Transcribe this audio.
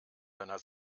deiner